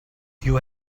you